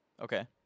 Okay